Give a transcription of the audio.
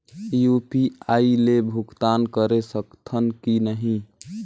UPI ले भुगतान करे सकथन कि नहीं?